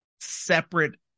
separate